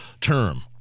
term